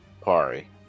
Pari